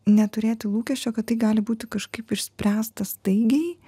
neturėti lūkesčio kad tai gali būti kažkaip išspręsta staigiai